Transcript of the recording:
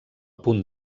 punt